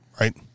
Right